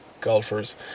golfers